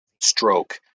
stroke